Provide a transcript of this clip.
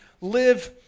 live